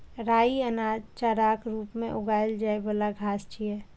राइ अनाज, चाराक रूप मे उगाएल जाइ बला घास छियै